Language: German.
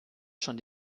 schon